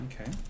Okay